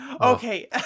okay